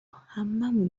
هممون